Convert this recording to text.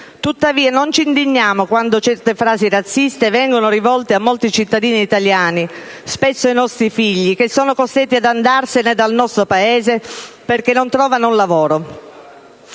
Tuttavia non ci indigniamo quando certe frasi razziste vengono rivolte a molti cittadini italiani, spesso ai nostri figli, che sono costretti ad andarsene dal nostro Paese perché non trovano un lavoro.